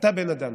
"ואתה בן אדם